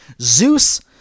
Zeus